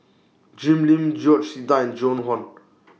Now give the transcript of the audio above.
Jim Lim George Sita and Joan Hon